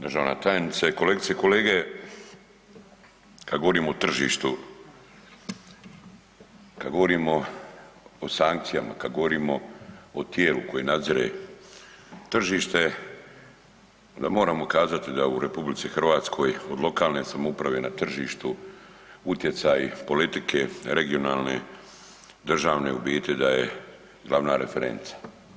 Državna tajnice, kolegice i kolege, kad govorimo o tržištu, kad govorimo o sankcijama, kad govorimo tijelu koje nadzire tržište onda moramo kazati da u RH od lokalne samouprave na tržištu utjecaji politike regionalne, državne ubiti da je glavna referenca.